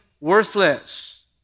worthless